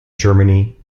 germany